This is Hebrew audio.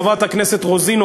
חברת הכנסת רוזין,